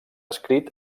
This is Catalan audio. escrit